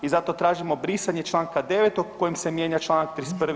I zato tražimo brisanje članka 9. kojim se mijenja članak 31.